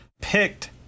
picked